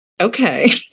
Okay